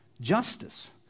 justice